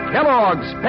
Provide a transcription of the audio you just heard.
Kellogg's